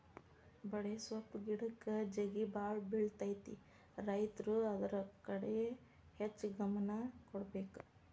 ಬಡೆಸ್ವಪ್ಪ್ ಗಿಡಕ್ಕ ಜೇಗಿಬಾಳ ಬಿಳತೈತಿ ರೈತರು ಅದ್ರ ಕಡೆ ಹೆಚ್ಚ ಗಮನ ಕೊಡಬೇಕ